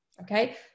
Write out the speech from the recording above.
Okay